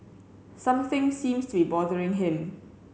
something seems to be bothering him